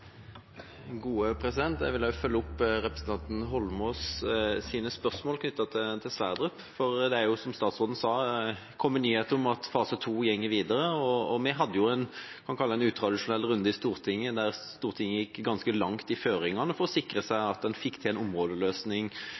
Jeg vil følge opp representanten Eidsvoll Holmås’ spørsmål knyttet til Johan Sverdrup. Det er, som statsråden sa, kommet nyheter om at fase 2 går videre, og vi hadde jo en – man kan kalle det – utradisjonell runde i Stortinget, der Stortinget gikk ganske langt i føringene for å sikre seg at man fikk til en områdeløsning